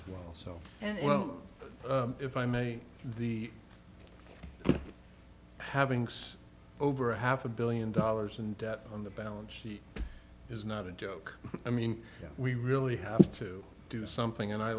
paid well so and well if i may be having sex over a half a billion dollars in debt on the balance sheet is not a joke i mean we really have to do something and i